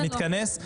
נתכנס,